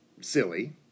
silly